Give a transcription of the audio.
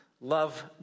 love